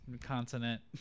continent